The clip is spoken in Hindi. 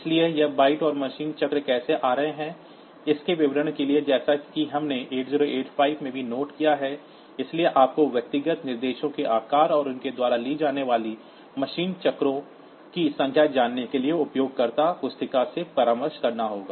इसलिए यह बाइट्स और मशीन चक्र कैसे आ रहे हैं इसके विवरण के लिए जैसा कि हमने 8085 में भी नोट किया है इसलिए आपको व्यक्तिगत निर्देशों के आकार और उनके द्वारा ली जाने वाली मशीन साइकिल की संख्या जानने के लिए उपयोगकर्ता पुस्तिका से परामर्श करना होगा